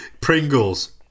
Pringles